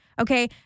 okay